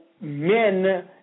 men